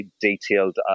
detailed